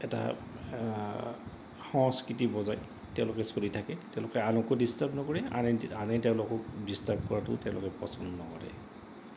এটা সংস্কৃতি বজায় তেওঁলোকে চলি থাকে তেওঁলোকে আনকো ডিষ্টাৰ্ব নকৰে আনে আনে তেওঁলোকক ডিষ্টাৰ্ব কৰাটো তেওঁলোকে পচন্দ নকৰে